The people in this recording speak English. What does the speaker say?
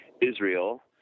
Israel